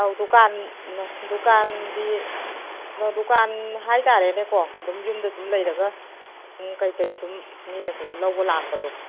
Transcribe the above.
ꯑꯧ ꯗꯨꯀꯥꯟ ꯗꯨꯀꯥꯟꯒꯤ ꯗꯨꯀꯥꯟ ꯍꯥꯏ ꯇꯥꯔꯦꯅꯦꯀꯣ ꯑꯗꯨꯝ ꯌꯨꯝꯗ ꯁꯨꯝ ꯂꯩꯔꯒ ꯁꯨꯝ ꯀꯩꯀꯩꯁꯨꯝ ꯃꯤꯅꯁꯨꯝ ꯂꯧꯕ ꯂꯥꯛꯄꯗꯣ